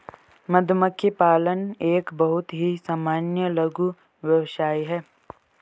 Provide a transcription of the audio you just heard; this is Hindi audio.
मधुमक्खी पालन एक बहुत ही सामान्य लघु व्यवसाय है